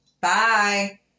Bye